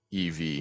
EV